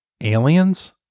aliens